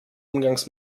umgangs